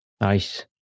Nice